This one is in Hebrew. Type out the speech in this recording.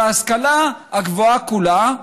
את ההשכלה הגבוהה כולה,